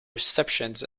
receptions